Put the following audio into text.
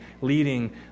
leading